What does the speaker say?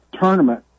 tournament